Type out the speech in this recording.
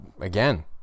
Again